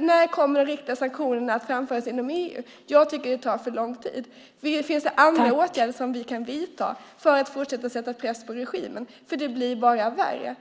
När kommer de riktade sanktionerna att framföras inom EU? Jag tycker att det tar för lång tid. Finns det andra åtgärder som vi kan vidta för att fortsätta att sätta press på regimen eftersom det bara blir värre?